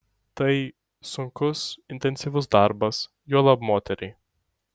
tai sunkus intensyvus darbas juolab moteriai